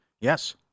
Yes